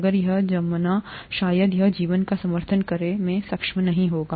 अगर यह जमना शायद यह जीवन का समर्थन करने में सक्षम नहीं होगा